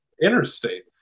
interstate